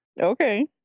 okay